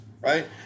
right